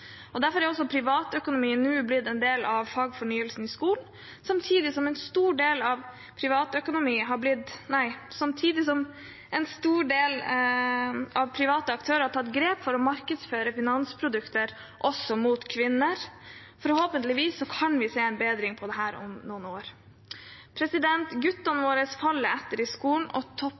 Derfor er også privatøkonomi nå blitt en del av fagfornyelsen i skolen, samtidig som en stor del av private aktører har tatt grep for å markedsføre finansprodukter også mot kvinner. Forhåpentligvis kan vi se en bedring i dette om noen år. Guttene våre faller etter i skolen og topper